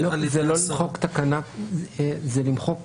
זה לא למחוק תקנה, זה למחוק